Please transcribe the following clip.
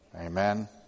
Amen